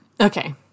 Okay